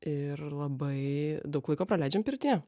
ir labai daug laiko praleidžiam pirtyje